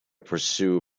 pursue